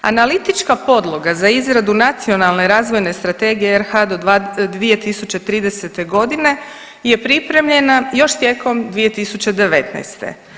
Analitička podloga za izradu Nacionalne razvojne strategije RH do 2030.g. je pripremljena još tijekom 2019.